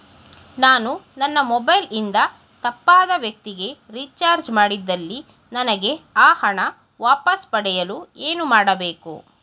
ನಾನು ನನ್ನ ಮೊಬೈಲ್ ಇಂದ ತಪ್ಪಾದ ವ್ಯಕ್ತಿಗೆ ರಿಚಾರ್ಜ್ ಮಾಡಿದಲ್ಲಿ ನನಗೆ ಆ ಹಣ ವಾಪಸ್ ಪಡೆಯಲು ಏನು ಮಾಡಬೇಕು?